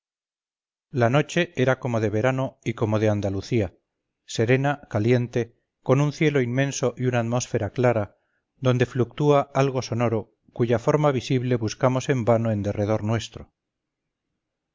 la noche era como de verano y como de andalucía serena caliente con un cielo inmenso y una atmósfera clara donde fluctúa algo sonoro cuya forma visible buscamos en vano en derredor nuestro